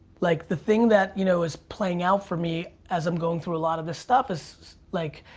like the thing that you know is playing out for me as i'm going through a lot of this stuff is like